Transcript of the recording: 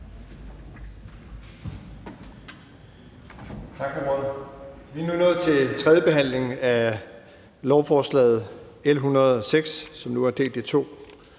Vi er nu nået til tredjebehandlingen af lovforslag L 106, som nu er delt i to.